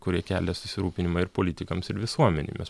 kurie kelia susirūpinimą ir politikams ir visuomenei mes